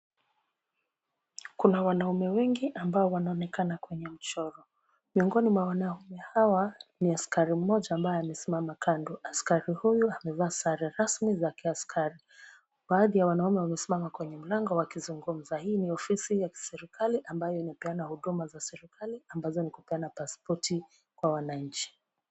Kuna wanaume wengi ambao wanaonekana kwenye mchoro. Miongoni mwa wanaume hawa ni askari mmoja ambaye amesimama kando. Askari huyu amevaa sare rasmi za kiaskari. Baadhi ya wanaume wamesimama kwenye mlango wakizungumza. Hii ni ofisi ya kiserikali ambayo inapeana huduma za serikali ambazo ni kupeana pasipoti kwa wananchi.